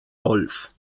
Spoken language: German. rolf